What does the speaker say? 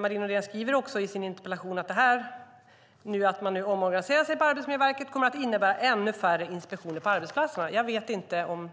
Marie Nordén skriver också i sin interpellation att detta att man nu omorganiserar sig på Arbetsmiljöverket kommer att innebära ännu färre inspektioner på arbetsplatserna. Jag vet inte om